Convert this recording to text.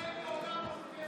עם ישראל מעולם לא חיפש גרים.